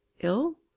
Ill